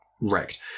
wrecked